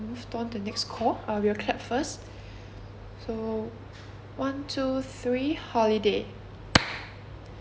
move on to next call uh we'll clap first so one two three holiday